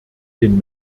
den